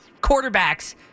quarterbacks